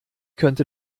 könnte